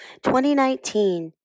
2019